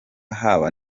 haba